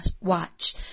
watch